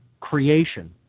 creation